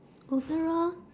overall